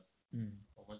mm